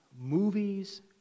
movies